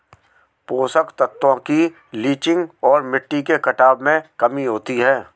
पोषक तत्वों की लीचिंग और मिट्टी के कटाव में कमी होती है